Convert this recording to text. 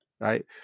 right